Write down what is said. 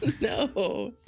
No